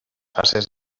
fases